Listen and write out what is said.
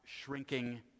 shrinking